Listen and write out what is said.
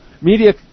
media